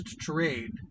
trade